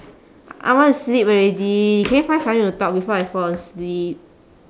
I want to sleep already can you find something to talk before I fall asleep